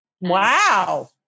Wow